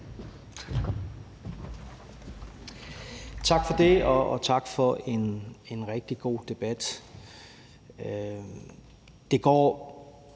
Tak for det, og tak for en rigtig god debat.